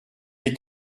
est